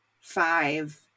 five